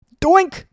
doink